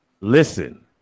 Listen